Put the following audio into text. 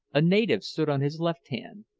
a native stood on his left hand,